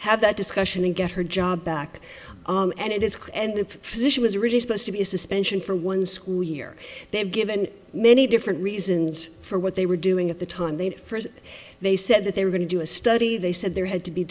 have that discussion and get her job back and it is clear and the position is really supposed to be a suspension for one school year they've given many different reasons for what they were doing at the time they first they said that they were going to do a study they said there had to be